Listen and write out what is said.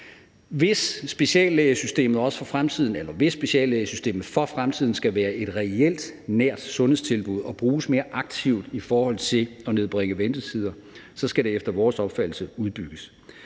Hvis speciallægesystemet for fremtiden skal være et reelt nært sundhedstilbud og bruges mere aktivt i forhold til at nedbringe ventetider, så skal det efter vores opfattelse udbygges.